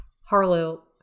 Harlow